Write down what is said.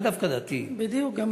לאו דווקא דתיים --- בדיוק.